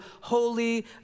holy